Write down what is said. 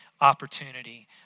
opportunity